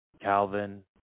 Calvin